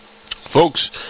Folks